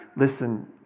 Listen